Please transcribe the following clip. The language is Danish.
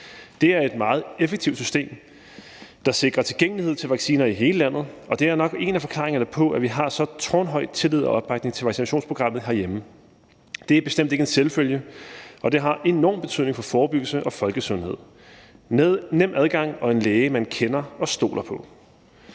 Det er et meget effektivt system, der sikrer en tilgængelighed til vacciner i hele landet, og det er nok en af forklaringerne på, at vi har en så tårnhøj tillid og opbakning til vaccinationsprogrammet herhjemme. Det er bestemt ikke en selvfølge, og det har en enorm betydning for forebyggelsen og folkesundheden med en nem adgang og en læge, man kender og stoler på.